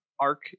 arc